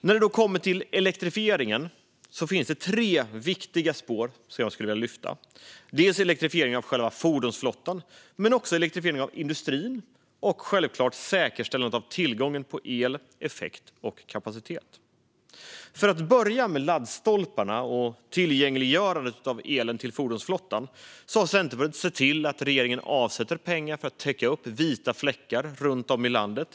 När det gäller elektrifieringen finns det tre viktiga spår som jag skulle vilja lyfta fram: elektrifieringen av själva fordonsflottan, elektrifieringen av industrin och säkerställandet av tillgången på el, effekt och kapacitet. För att börja med laddstolparna och tillgängliggörandet av elen till fordonsflottan har Centerpartiet sett till att regeringen avsätter pengar för att täcka upp vita fläckar runt om i landet.